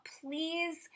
please